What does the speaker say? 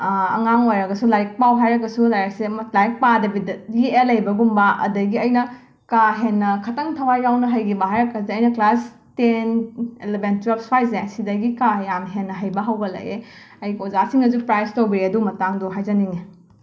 ꯑꯉꯥꯡ ꯑꯣꯏꯔꯒꯁꯨ ꯂꯥꯏꯔꯤꯛ ꯄꯥꯎ ꯍꯥꯏꯔꯒꯁꯨ ꯂꯥꯏꯔꯤꯛꯁꯦ ꯑꯃ ꯂꯥꯏꯔꯤꯛ ꯄꯥꯗꯕꯤꯗ ꯌꯦꯛꯑ ꯂꯩꯕꯒꯨꯝꯕ ꯑꯗꯒꯤ ꯑꯩꯅ ꯀꯥ ꯍꯦꯟꯅ ꯈꯇꯪ ꯊꯋꯥꯏ ꯌꯥꯎꯅ ꯍꯩꯒꯤꯕ ꯍꯥꯏꯔꯒꯗꯤ ꯑꯩꯅ ꯀ꯭ꯂꯥꯁ ꯇꯦꯟ ꯑꯦꯂꯕꯦꯟ ꯇ꯭ꯋꯦꯜꯞ ꯁ꯭ꯋꯥꯢꯖꯦ ꯁꯤꯗꯒꯤ ꯀꯥ ꯌꯥꯝ ꯍꯦꯟꯅ ꯍꯩꯕ ꯍꯧꯒꯠꯂꯑꯦ ꯑꯩ ꯑꯣꯖꯥꯁꯤꯡꯅꯖꯨ ꯄ꯭ꯔꯥꯏꯁ ꯇꯧꯕꯤꯌꯦ ꯑꯗꯨ ꯃꯇꯥꯡꯗꯣ ꯍꯥꯏꯖꯅꯤꯡꯉꯤ